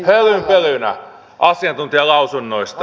hölynpölynä asiantuntijalausunnoista